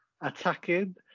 attacking